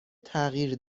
تغییر